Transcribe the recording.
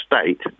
state